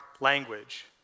language